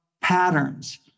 patterns